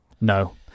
no